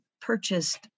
purchased